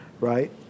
right